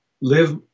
live